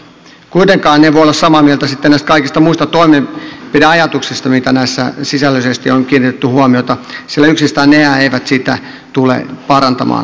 kuitenkaan en voi olla samaa mieltä sitten näistä kaikista muista toimenpideajatuksista joihin näissä sisällöllisesti on kiinnitetty huomiota sillä yksistäänhän ne eivät tilannetta tule parantamaan